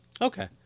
Okay